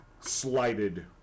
slighted